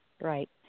Right